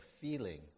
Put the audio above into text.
feeling